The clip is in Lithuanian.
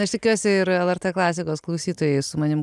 aš tikiuosi ir lrt klasikos klausytojai su manim